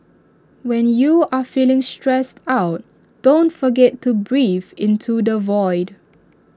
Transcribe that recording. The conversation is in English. when you are feeling stressed out don't forget to breathe into the void